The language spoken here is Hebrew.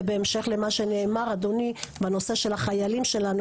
ובהמשך למה שנאמר אדוני, בנושא של החיילים שלנו.